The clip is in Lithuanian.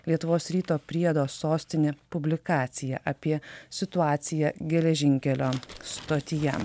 lietuvos ryto priedo sostinė publikacija apie situaciją geležinkelio stotyje